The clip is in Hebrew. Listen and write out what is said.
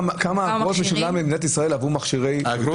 אגרה משלמים במדינת ישראל עבור מכשירי קרינה?